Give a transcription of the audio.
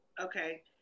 Okay